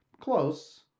close